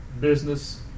business